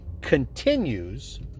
continues